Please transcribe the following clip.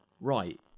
right